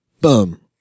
Boom